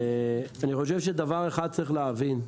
אני חושב שדבר אחד צריך להבין.